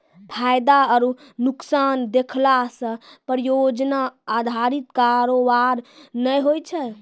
फायदा आरु नुकसान देखला से परियोजना अधारित कारोबार नै होय छै